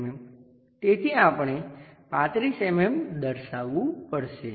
તેથી આપણે 35 mm દર્શાવવું પડશે